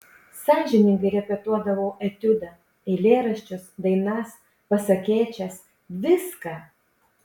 sąžiningai repetuodavau etiudą eilėraščius dainas pasakėčias viską